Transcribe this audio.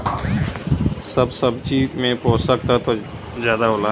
सब सब्जी में पोसक तत्व जादा होला